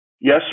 Yes